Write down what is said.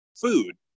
food